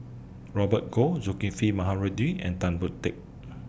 Robert Goh Zulkifli Baharudin and Tan Boon Teik